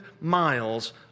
miles